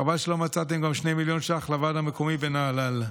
חבל שלא מצאתם גם 2 מיליון ש"ח לוועד המקומי בנהלל,